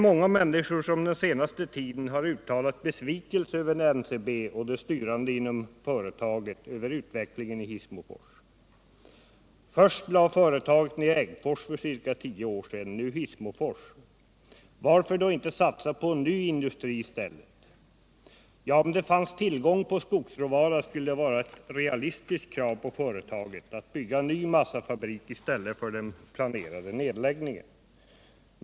Många människor har den senaste tiden uttalat besvikelse över NCB och de styrande inom företaget över utvecklingen i Hissmofors. Först lade företaget ner Äggfors för ca 10 år sedan, nu Hissmofors. Varför då inte satsa på en ny industri i stället? Ja, om det fanns tillgång på skogsråvara skulle det vara ett realistiskt krav på företaget att bygga en ny massafabrik i stället för den planerade nedläggningen.